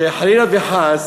שחלילה וחס,